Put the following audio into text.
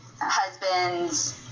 husbands